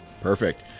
perfect